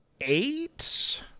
eight